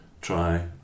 try